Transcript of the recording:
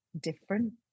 different